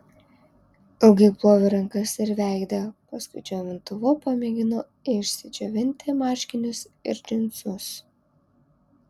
ilgai plovė rankas ir veidą paskui džiovintuvu pamėgino išsidžiovinti marškinius ir džinsus